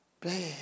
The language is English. bad